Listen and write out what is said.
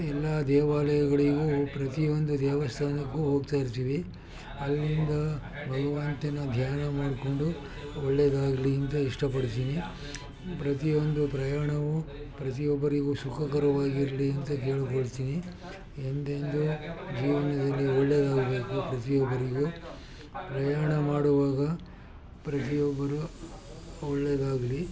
ಎಲ್ಲ ದೇವಾಲಯಗಳಿಗೂ ಪ್ರತಿಯೊಂದು ದೇವಸ್ಥಾನಕ್ಕೂ ಹೋಗ್ತಾಯಿರ್ತೀವಿ ಅಲ್ಲಿಂದ ಭಗವಂತನ ಧ್ಯಾನ ಮಾಡಿಕೊಂಡು ಒಳ್ಳೆಯದಾಗ್ಲಿ ಅಂತ ಇಷ್ಟಪಡ್ತೀನಿ ಪ್ರತಿಯೊಂದು ಪ್ರಯಾಣವೂ ಪ್ರತಿಯೊಬ್ಬರಿಗೂ ಸುಖಕರವಾಗಿರಲಿ ಅಂತ ಕೇಳಿಕೊಳ್ತೀನಿ ಎಂದೆಂದು ಜೀವನದಲ್ಲಿ ಒಳ್ಳೆಯದಾಗ್ಬೇಕು ಪ್ರತಿಯೊಬ್ಬರಿಗೂ ಪ್ರಯಾಣ ಮಾಡುವಾಗ ಪ್ರತಿಯೊಬ್ಬರೂ ಒಳ್ಳೆಯದಾಗ್ಲಿ